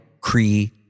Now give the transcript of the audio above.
Cree